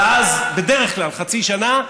בדרך כלל חצי שנה,